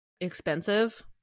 expensive